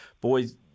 Boys